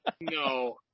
no